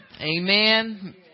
Amen